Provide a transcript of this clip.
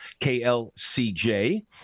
KLCJ